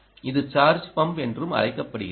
இது charge pump என்றும் அழைக்கப்படுகிறது